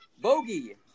bogey